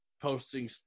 posting